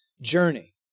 journey